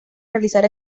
realizar